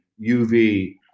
UV